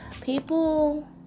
people